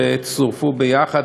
שצורפו יחד,